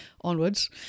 onwards